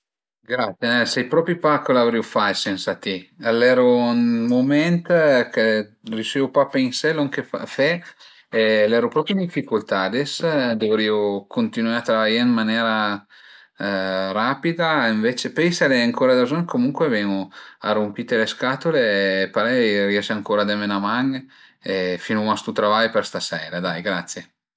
Grazie, sai propi pa coza l'avrìu fait sensa ti, al eru ënt ün mument che riüsiu pa a pensé lon che fe, l'eru propi ën dificultà, ades duvrìu cuntinué a travaié ën manera rapida e ënvece, pöi se l'ai ancura da bëzugn comuncue ven-u a runpite le scatule e parei riese ancura a deme 'na man e finuma sto travai për staseria, dai grazie